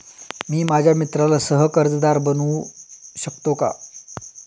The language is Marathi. मी माझ्या मित्राला सह कर्जदार बनवू शकतो का?